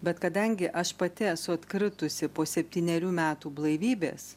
bet kadangi aš pati esu atkritusi po septynerių metų blaivybės